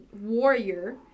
warrior